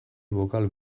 bokal